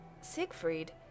Siegfried